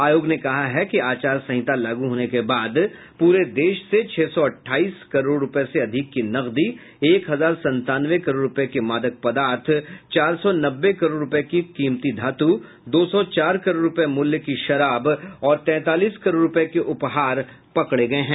आयोग ने कहा है कि आचार संहिता लागू होने के बाद पूरे देश से छह सौ अठाईस करोड़ रूपये से अधिक की नकदी एक हजार संतानवे करोड़ रूपये के मादक पदार्थ चार सौ नब्बे करोड़ रूपये की कीमती धातू दो सौ चार करोड़ रूपये मूल्य की शराब और तैंतालीस करोड़ रूपये के उपहार पकड़े गये हैं